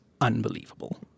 unbelievable